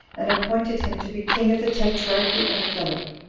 and appointed him to be king of the tetrarchy of philip.